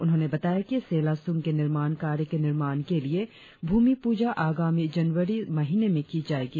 उन्होंने बताया कि सेला सुंग के निर्माण कार्य के लिए भूमि पूजा आगामी जनवरी महीने में की जाएगी